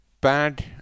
bad